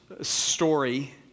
story